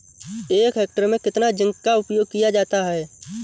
एक हेक्टेयर में कितना जिंक का उपयोग किया जाता है?